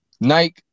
Nike